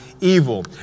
evil